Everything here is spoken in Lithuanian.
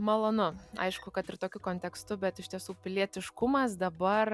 malonu aišku kad ir tokiu kontekstu bet iš tiesų pilietiškumas dabar